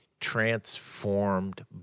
transformed